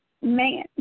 man